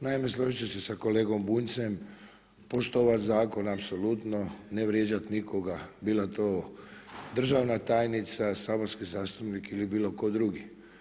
Naime složit ću se sa kolegom Bunjcem, poštovati zakon apsolutno, ne vrijeđati nikoga bila to državna tajnica, saborski zastupnik ili bilo tko drugi.